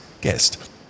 guest